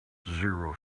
zero